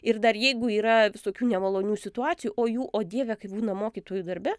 ir dar jeigu yra visokių nemalonių situacijų o jų o dieve kaip būna mokytojų darbe